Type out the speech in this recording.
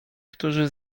którzy